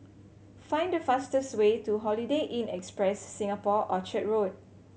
find the fastest way to Holiday Inn Express Singapore Orchard Road